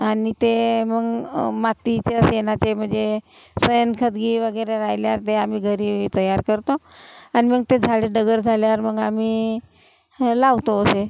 आणि ते मग मातीच्या शेणाचे म्हणजे शेणखतगी वगैरे राहिलं ते आम्ही घरी तयार करतो आणि मग ते झाडं डगर झाल्यावर मग आम्ही लावतो ते